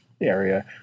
area